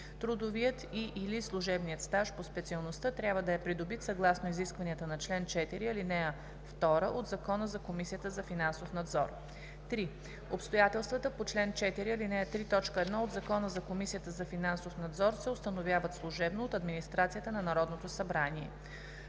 трудовият и/или служебният стаж по специалността трябва да е придобит съгласно изискванията на чл. 4, ал. 2 от Закона за Комисията за финансов надзор. 3. Обстоятелствата по чл. 4, ал. 3, т. 1 от Закона за Комисията за финансов надзор се установяват служебно от администрацията на Народното събрание.